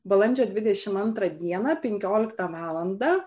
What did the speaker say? balandžio dvidešimt antrą dieną penkioliktą valandą